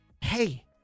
hey